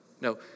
No